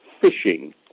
fishing